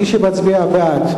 מי שמצביע בעד,